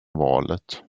valet